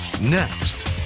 next